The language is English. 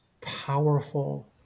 powerful